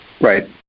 Right